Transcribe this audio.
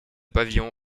pavillon